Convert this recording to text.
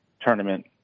tournament